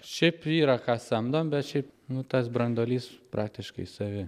šiaip yra ką samdom bet šiaip nu tas branduolys praktiškai savi